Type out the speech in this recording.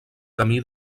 camí